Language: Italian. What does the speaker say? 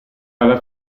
alla